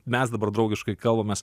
mes dabar draugiškai kalbamės